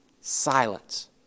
Silence